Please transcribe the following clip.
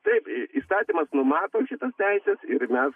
taip įstatymas numato šitas teises ir mes